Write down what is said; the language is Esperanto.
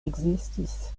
ekzistis